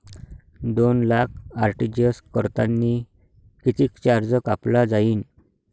दोन लाख आर.टी.जी.एस करतांनी कितीक चार्ज कापला जाईन?